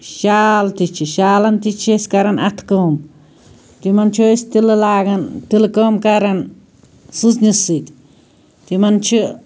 شال تہِ چھِ شالَن تہِ چھِ أسۍ کران اَتھہٕ کٲم تِمَن چھِ أسۍ تِلہٕ لَاگان تَلہٕ کٲم کران سٕژنہِ سۭتۍ تِمَن چھِ